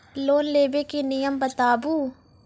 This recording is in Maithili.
लोन लेबे के नियम बताबू?